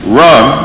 run